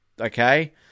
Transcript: okay